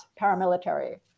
paramilitary